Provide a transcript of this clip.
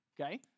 Okay